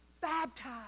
baptized